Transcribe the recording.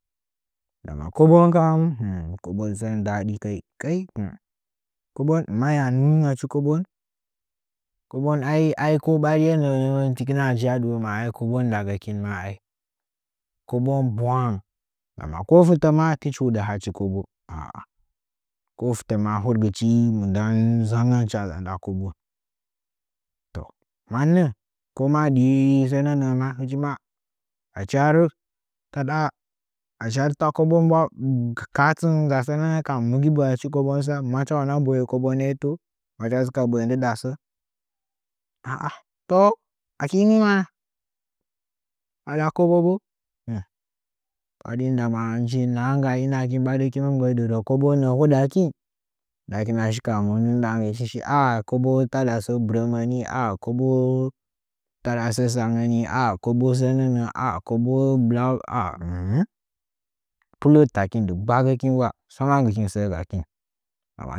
Dama kobon kam kobon sɚn daɗi kaikai hmm kobon maya nɨn ningɚchi kobou kobou ai ai ko ɓari nɚɚ tikina dzɨ a ɗɨwo ma ai kobou ndagɚkin ma ai kobon bwang ko fɨtɚ ma tɨch huɗɨ hachi kobo a'a ko fɨtɚ ma huɗgɨchi mɨndɚ hɨcha nzangɚn nda kobon mannɚ koma ɗɨhi sɚnɚnɚɚ ma achi har tada kobo kaatinga sɚnɚ kam magi bwayachi sɚnɚ kam macha una boye kobon nɚto machi dzɨ ka boye ndɨɗangɚ sɚɚ aa to aki ni mana hala kobo bo ɓarin dama nji nahaga i ndɨɗangɚ kin ɓari hɨkin mɨ mbɚrdɨ rɚ kobo huɗakin nda kin nda kina shi ka monu ndɨɗangɚ shi shi a kobo tada sɚ bɨrɚmɚ ni kobo taɗa sɚ tsangɚ ni aa kobo sɚnɚnɚ kobo bula umm.